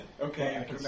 Okay